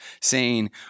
saying